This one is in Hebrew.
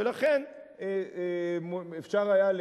ולכן אפשר היה,